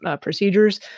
procedures